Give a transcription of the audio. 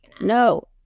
No